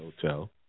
Hotel